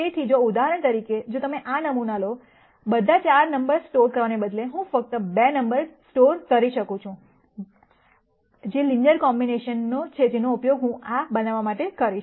તેથી ઉદાહરણ તરીકે જો તમે આ નમૂના લો બધા 4 નમ્બર્સ સ્ટોર કરવાને બદલે હું ફક્ત 2 નમ્બર્સ સ્ટોર કરી શકું છું જે લિનયર કોમ્બિનેશન છે જેનો ઉપયોગ હું આ બનાવવા માટે કરીશ